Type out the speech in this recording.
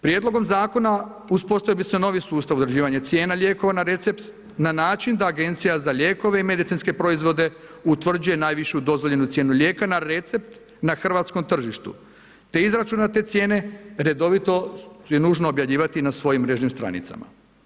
Prijedlogom Zakona uspostavio bi se novi sustav određivanja cijena lijekova na recept na način da Agencija za lijekove i medicinske proizvode utvrđuje najvišu dozvoljenu cijenu lijeka na recept na hrvatskom tržištu, te izračunate cijene redovito je nužno objavljivati na svojim mrežnim stranicama.